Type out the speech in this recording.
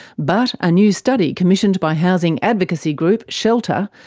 but a new study commissioned by housing advocacy group shelter,